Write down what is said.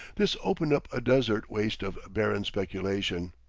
this opened up a desert waste of barren speculation.